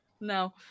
No